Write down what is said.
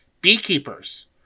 beekeepers